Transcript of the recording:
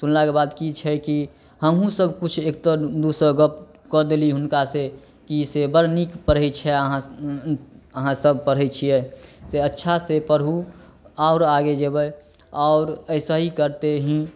सुनलाके बाद की छै कि हमहुॅं सब किछु एक तऽ ओसब गप कऽ देली हुनका से की से बड़ नीक पढ़ै छियै आहाँ आहाँ सब पढ़ै छियै से अच्छा से पढ़ू आओर आगे जेबै आओर ऐसही करते ही